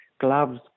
gloves